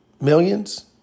Millions